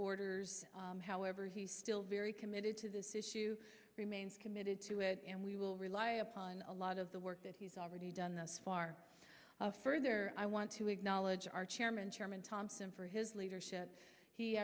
borders however he still very committed to this issue remains committed to it and we will rely upon a lot of the work that he's already done thus far further i want to acknowledge our chairman chairman thompson for his leadership he